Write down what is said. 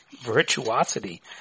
virtuosity